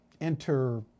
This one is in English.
enter